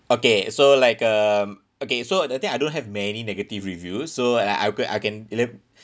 okay so like um okay so the thing I don't have many negative reviews so I I can I can